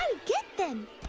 get them.